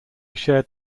shared